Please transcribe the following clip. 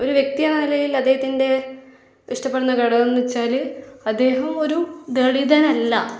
ഒരു വ്യക്തി എന്ന നിലയിൽ അദ്ദേഹത്തിൻ്റെ ഇഷ്ടപ്പെടുന്ന ഘടകം എന്നു വെച്ചാൽ അദ്ദേഹം ഒരു ദളിതനല്ല